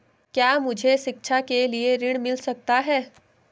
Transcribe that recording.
क्या मुझे शिक्षा के लिए ऋण मिल सकता है?